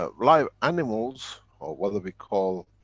ah live animals or whether we call